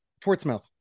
Portsmouth